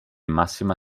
massima